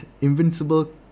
Invincible